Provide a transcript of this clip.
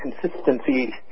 consistency